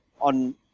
on